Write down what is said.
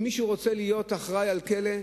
אם מישהו רוצה להיות אחראי לכלא,